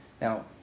Now